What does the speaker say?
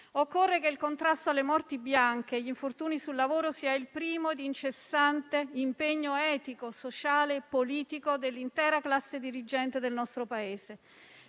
Occorre che il contrasto alle morti bianche e agli infortuni sul lavoro sia il primo, incessante impegno etico, sociale e politico dell'intera classe dirigente del nostro Paese.